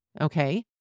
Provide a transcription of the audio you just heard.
Okay